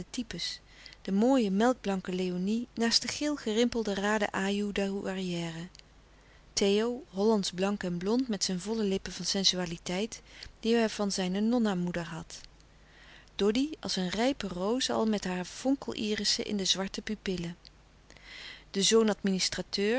de mooie melkblanke léonie naast de geel gerimpelde raden ajoe douairière theo hollandsch blank en blond met zijn volle lippen van sensualiteit die hij van zijne nonna moeder had doddy als een rijpe roos al met hare vonkel irissen in de zwarte pupillen de